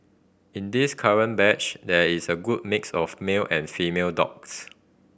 in this current batch there is a good mix of male and female dogs